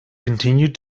continued